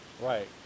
Right